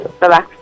Bye-bye